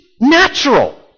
natural